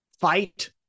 fight